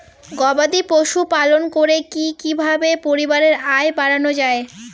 গবাদি পশু পালন করে কি কিভাবে পরিবারের আয় বাড়ানো যায়?